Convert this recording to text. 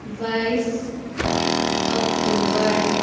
बाइस अक्टोबर